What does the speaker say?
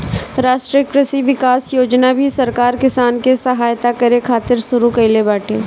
राष्ट्रीय कृषि विकास योजना भी सरकार किसान के सहायता करे खातिर शुरू कईले बाटे